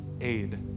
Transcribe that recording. aid